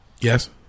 Yes